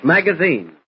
Magazine